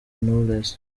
knowless